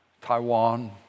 Taiwan